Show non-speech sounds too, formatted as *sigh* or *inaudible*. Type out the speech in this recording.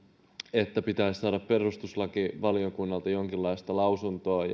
että pitäisi saada perustuslakivaliokunnalta jonkinlaista lausuntoa *unintelligible*